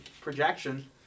projection